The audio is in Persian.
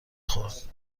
خورد